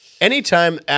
Anytime